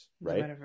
right